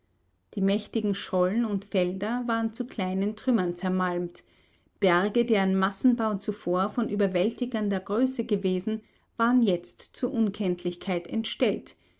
die mächtigen schollen und felder waren zu kleinen trümmern zermalmt berge deren massenbau zuvor von überwältigender größe gewesen waren jetzt zur unkenntlichkeit entstellt